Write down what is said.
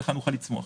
כך נוכל לצמוח.